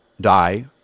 die